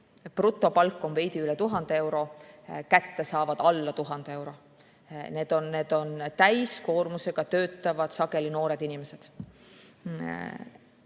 brutopalk on veidi üle 1000 euro, kätte saavad alla 1000 euro. Need on täiskoormusega töötavad sageli noored inimesed.